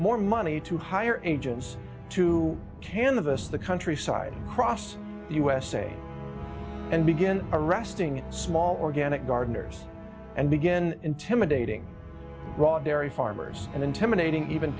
more money to hire agents to canvass the countryside cross usa and begin arresting small organic gardeners and begin intimidating raw dairy farmers and intimidating even